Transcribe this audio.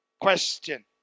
Question